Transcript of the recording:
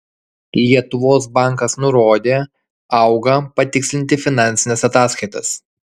lietuvos bankas nurodė auga patikslinti finansines ataskaitas